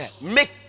Make